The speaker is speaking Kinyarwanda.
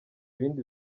ibindi